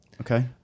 Okay